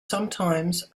sometimes